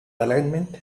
alignment